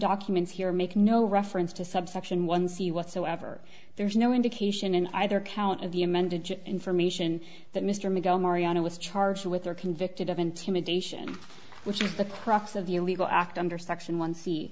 documents here make no reference to subsection one see whatsoever there is no indication in either count of the amended information that mr miguel marianna was charged with or convicted of intimidation which is the crux of the illegal act under section one